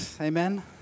Amen